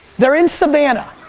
they're in savannah,